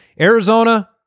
arizona